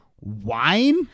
wine